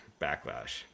Backlash